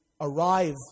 arrive